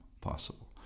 possible